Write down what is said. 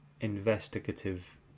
investigative